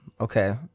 okay